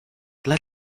dla